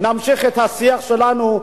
נמשיך את השיח שלנו,